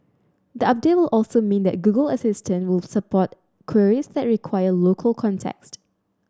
the update will also mean that Google Assistant will support queries that require local context